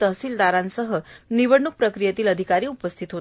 तहसीलदार यांच्यासह निवडणूक प्रक्रियेतील सर्व अधिकारी उपस्थित होते